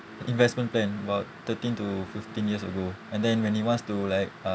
investment plan about thirteen to fifteen years ago and then when he wants to like uh